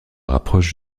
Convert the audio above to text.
rapproche